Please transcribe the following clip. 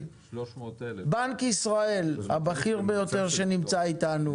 בנק ישראל הבכיר ביותר שנמצא איתנו,